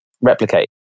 replicate